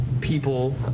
people